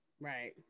Right